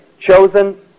chosen